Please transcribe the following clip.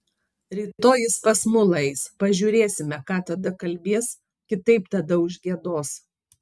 rytoj jis pas mulą eis pažiūrėsime ką tada kalbės kitaip tada užgiedos